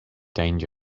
danger